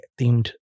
themed